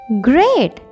Great